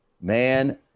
man